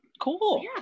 cool